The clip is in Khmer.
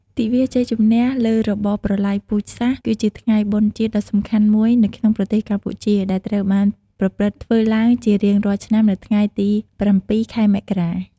ទិវាជ័យជំនះលើរបបប្រល័យពូជសាសន៍ គឺជាថ្ងៃបុណ្យជាតិដ៏សំខាន់មួយនៅក្នុងប្រទេសកម្ពុជា ដែលត្រូវបានប្រារព្ធធ្វើឡើងជារៀងរាល់ឆ្នាំនៅថ្ងៃ ទី៧ ខែមករា។